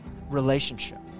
Relationship